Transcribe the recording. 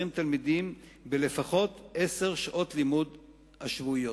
תלמידים בלפחות עשר משעות הלימוד השבועיות.